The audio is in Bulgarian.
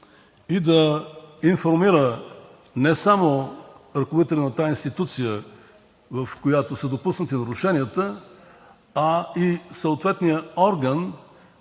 и да информира не само ръководителя на тази институция, в която са допуснати нарушенията, а и съответния орган,